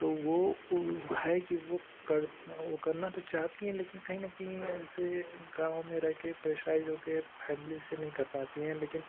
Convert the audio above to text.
तो वो वो है कि वो कर वो करना तो चाहती हैं लेकिन कहीं न कहीं ऐसे गाँव में रह कर प्रेशराइज़ हो कर फॅमिली से नहीं कर पाती हैं लेकिन